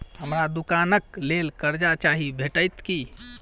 हमरा दुकानक लेल कर्जा चाहि भेटइत की?